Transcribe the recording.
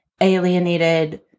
alienated